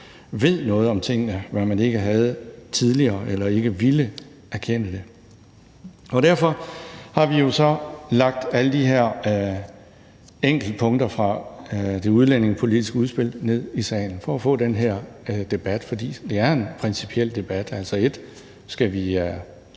ved noget om tingene, hvad man ikke havde tidligere, eller også ville man ikke erkende det. Derfor har vi jo så lagt alle de her enkeltpunkter fra det udlændingepolitiske udspil ned i salen, altså for at få den her debat, for det er en principiel debat. Skal vi